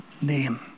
name